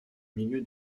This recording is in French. milieu